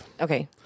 Okay